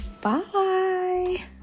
Bye